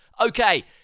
Okay